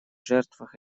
жертвах